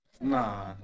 Nah